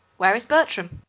where is bertram?